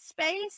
space